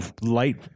light